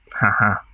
Haha